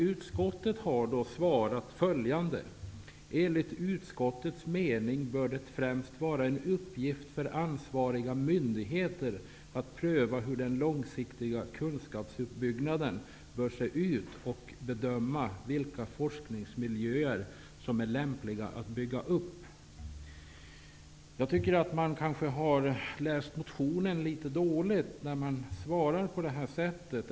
Utskottet har svarat följande: Enligt utskottets mening bör det främst vara en uppgift för ansvariga myndigheter att pröva hur den långsiktiga kunskapsuppbyggnaden bör se ut och bedöma vilka forskningsmiljöer som är lämpliga att bygga upp. Kanske har utskottet läst motionen litet dåligt, eftersom man svarar på det här sättet.